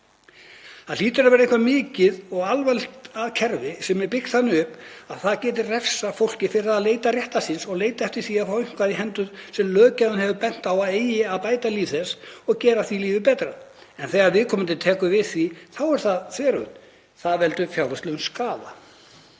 Það hlýtur að vera eitthvað mikið og alvarlegt að kerfi sem er byggt þannig upp að það geti refsað fólki fyrir að leita réttar síns og leita eftir því að fá eitthvað í hendur sem löggjafinn hefur bent á að eigi að bæta líf þess og gera því lífið betra, en þegar viðkomandi tekur við því þá er það þveröfugt. Það veldur fjárhagslegum skaða.